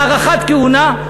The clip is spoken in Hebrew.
הארכת כהונה,